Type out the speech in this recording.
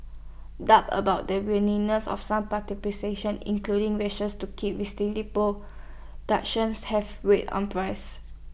doubts about the willingness of some including to keep restricting productions have weighed on prices